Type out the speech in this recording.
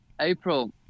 April